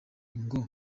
ngo